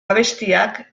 abestiak